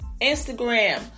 Instagram